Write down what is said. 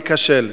תיכשל.